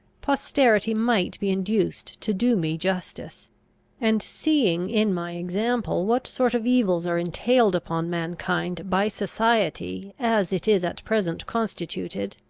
posterity might be induced to do me justice and, seeing in my example what sort of evils are entailed upon mankind by society as it is at present constituted,